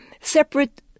separate